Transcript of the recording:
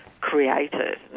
created